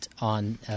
on